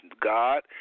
God